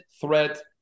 threat